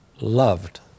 loved